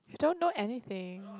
you don't know anything